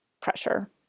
pressure